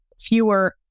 fewer